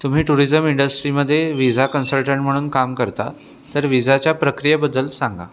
तुम्ही टुरिजम इंडस्ट्रीमध्ये visa consultant म्हणून काम करता तर विझाच्या प्रक्रियेबद्दल सांगा